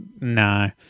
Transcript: no